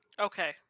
Okay